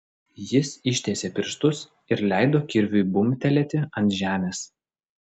jis ištiesė pirštus ir leido kirviui bumbtelėti ant žemės